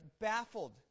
baffled